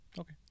Okay